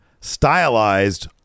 stylized